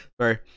Sorry